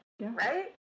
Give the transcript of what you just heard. Right